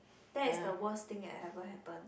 that is the worst thing that ever happen